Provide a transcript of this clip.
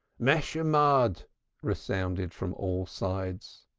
meshumad resounded from all sides.